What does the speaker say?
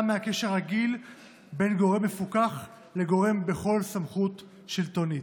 מקשר רגיל בין גורם מפוקח לגורם בכל סמכות שלטונית."